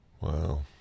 Wow